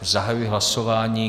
Zahajuji hlasování.